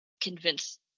convince